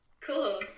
Cool